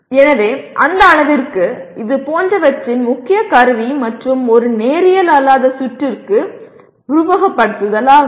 எனவே அந்த அளவிற்கு இது போன்றவற்றின் முக்கிய கருவி மற்றும் ஒரு நேரியல் அல்லாத சுற்றுக்கு உருவகப்படுத்துதல் ஆகும்